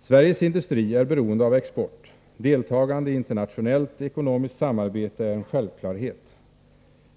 Sveriges industri är beroende av export. Deltagande i internationellt ekonomiskt samarbete är en självklarhet.